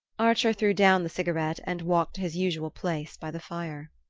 archer threw down the cigarette and walked his usual place by the fire.